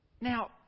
Now